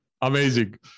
Amazing